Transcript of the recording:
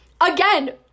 Again